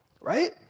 Right